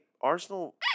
Arsenal